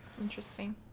Interesting